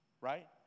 Right